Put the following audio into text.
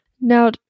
Now